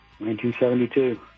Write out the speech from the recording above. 1972